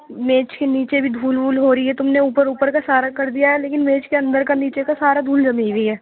میز کے نیچے بھی دھول وول ہو رہی ہے تم نے اوپر اوپر کا سارا کر دیا ہے لیکن میز کے اندر کا نیچے کا سارا دھول جمی ہوئی ہے